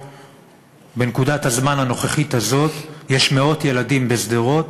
בנקודת הזמן הנוכחית יש מאות ילדים בשדרות